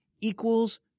equals